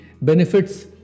benefits